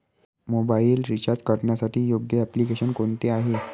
Mobile recharge करण्यासाठी योग्य application कोणते आहे?